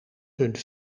punt